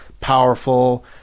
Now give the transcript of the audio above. powerful